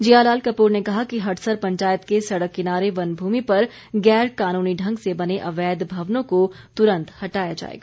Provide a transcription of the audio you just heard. जियालाल कपूर ने कहा कि हडसर पंचायत के सड़क किनारे वन भूमि पर गैर कानूनी ढंग से बने अवैध भवनों को तुरंत हटाया जाएगा